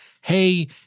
hey